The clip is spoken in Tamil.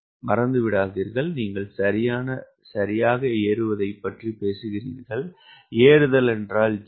மறந்துவிடாதீர்கள் நீங்கள் சரியாக ஏறுவதைப் பற்றி பேசுகிறீர்கள் ஏறுதல் என்றால் G